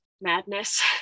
madness